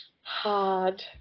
Hard